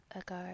ago